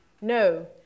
No